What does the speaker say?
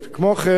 כמו כן,